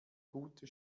gute